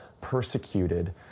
persecuted